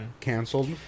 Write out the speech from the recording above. canceled